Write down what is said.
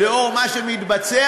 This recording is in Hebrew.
לנוכח מה שמתבצע,